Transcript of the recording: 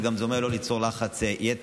זה גם אומר לא ליצור לחץ יתר,